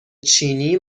چینی